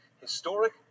historic